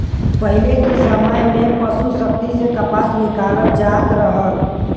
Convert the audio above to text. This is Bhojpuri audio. पहिले के समय में पसु शक्ति से कपास निकालल जात रहल